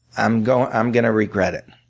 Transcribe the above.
i'm gonna i'm gonna regret it.